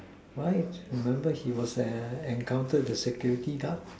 fight remember he was encounter the security guard